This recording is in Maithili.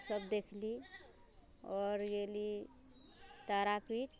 उ सब देखली आओर गेली तारापीठ